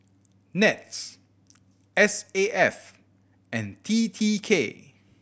NETS S A F and T T K